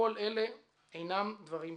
כל אלה אינם דברים קלים.